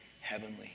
heavenly